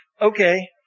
Okay